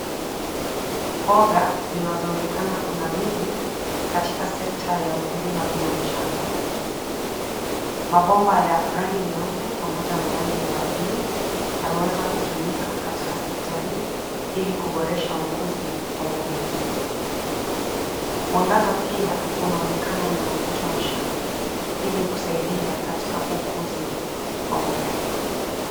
Mboga, zinazoonekana kunawiri, katika sekta ya ukulima bila mchanga. Mabomba ya rangi nyeupe pamoja na rangi ya buluu, yanaweza kutumika katika sekta hii, ili kuboresha ukuzi wa mboga hizi. Mwangaza pia, unaonekana ni wa kutosha, ili kusaidia katika ukuzi wa mboga hizi.